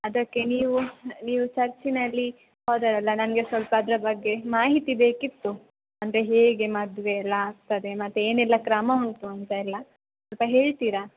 ಅದಕ್ಕೆ ನೀವು ನೀವು ಚರ್ಚಿನಲ್ಲಿ ಫಾದರ್ ಅಲ್ಲ ನನಗೆ ಸ್ವಲ್ಪ ಅದರ ಬಗ್ಗೆ ಮಾಹಿತಿ ಬೇಕಿತ್ತು ಅಂದರೆ ಹೇಗೆ ಮದುವೆ ಎಲ್ಲ ಆಗ್ತದೆ ಮತ್ತೆ ಏನೆಲ್ಲ ಕ್ರಮ ಉಂಟು ಅಂತೆಲ್ಲ ಸ್ವಲ್ಪ ಹೇಳ್ತೀರಾ